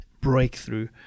breakthrough